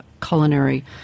Culinary